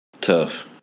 Tough